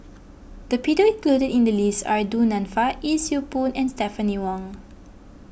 the people included in the list are Du Nanfa Yee Siew Pun and Stephanie Wong